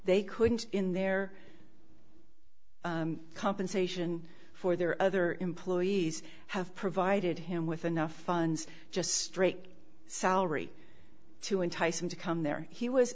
they couldn't in their compensation for their other employees have provided him with enough funds just straight salary to entice him to come there he was